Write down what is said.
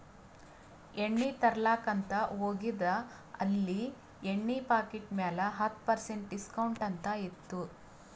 ಎಣ್ಣಿ ತರ್ಲಾಕ್ ಅಂತ್ ಹೋಗಿದ ಅಲ್ಲಿ ಎಣ್ಣಿ ಪಾಕಿಟ್ ಮ್ಯಾಲ ಹತ್ತ್ ಪರ್ಸೆಂಟ್ ಡಿಸ್ಕೌಂಟ್ ಅಂತ್ ಇತ್ತು